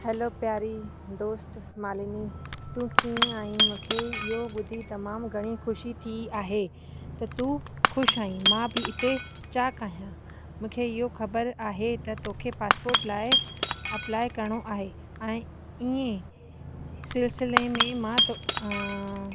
hello प्यारी दोस्त मालिनी तूं कीअं आईं मूंखे इहो ॿुधी तमामु घणी ख़ुशी थी आहे त तूं ख़ुशि आईं मां बि हिते चाक आहियां मूंखे इहो ख़बरु आहे त तोखे पासपोट लाइ अप्लाए करिणो आहे ऐं ईअं सिलसिले मां मां तोखे